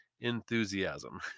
enthusiasm